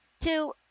Two